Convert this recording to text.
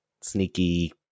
sneaky